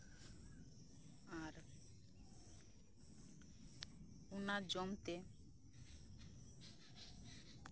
ᱟᱨ ᱚᱱᱟ ᱡᱚᱢ ᱛᱮ